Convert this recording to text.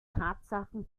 tatsachen